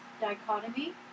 dichotomy